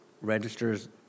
registers